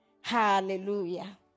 Hallelujah